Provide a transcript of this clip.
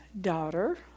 daughter